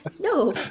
No